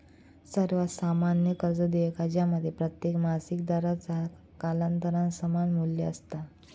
सर्वात सामान्य कर्ज देयका ज्यामध्ये प्रत्येक मासिक दराचा कालांतरान समान मू्ल्य असता